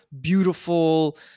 beautiful